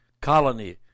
colony